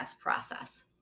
process